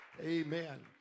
Amen